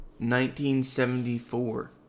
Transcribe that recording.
1974